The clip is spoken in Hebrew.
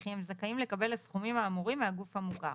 וכי הם זכאים לקבל הסכומים האמורים מהגוף המוכר.